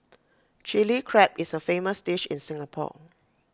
Chilli Crab is A famous dish in Singapore